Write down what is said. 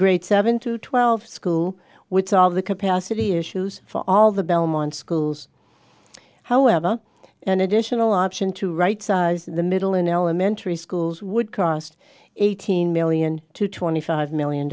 great seven to twelve school with all the capacity issues for all the belmont schools however an additional option to rightsize the middle and elementary schools would cost eighteen million to twenty five million